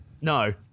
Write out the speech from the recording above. no